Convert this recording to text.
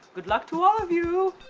good luck to all of you!